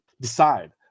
decide